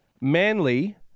Manly